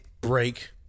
break